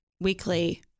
weekly